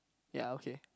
ya okay